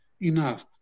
enough